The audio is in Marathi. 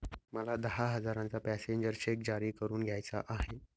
मला दहा हजारांचा पॅसेंजर चेक जारी करून घ्यायचा आहे